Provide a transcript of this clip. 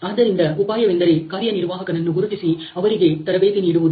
ಆದ್ದರಿಂದ ಉಪಾಯವೆಂದರೆ ಕಾರ್ಯನಿರ್ವಾಹಕನನ್ನು ಗುರುತಿಸಿ ಅವರಿಗೆ ತರಬೇತಿ ನೀಡುವುದು